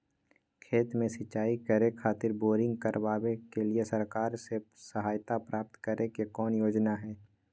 खेत में सिंचाई करे खातिर बोरिंग करावे के लिए सरकार से सहायता प्राप्त करें के कौन योजना हय?